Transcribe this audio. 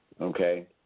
Okay